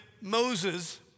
Moses